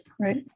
right